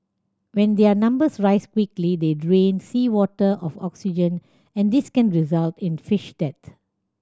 when their numbers rise quickly they drain seawater of oxygen and this can result in fish death